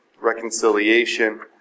reconciliation